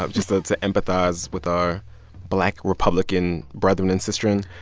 ah just ah to empathize with our black republican brethren and sistren